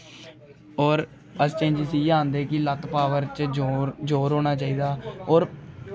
होर बस चेंज्स इ'यै आंदे कि लत्त पॉवर च जोर जोर होना चाहिदा होर